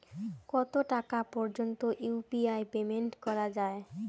কত টাকা পর্যন্ত ইউ.পি.আই পেমেন্ট করা যায়?